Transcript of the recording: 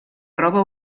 roba